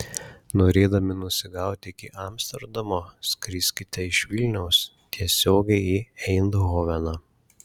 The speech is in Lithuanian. norėdami nusigauti iki amsterdamo skriskite iš vilniaus tiesiogiai į eindhoveną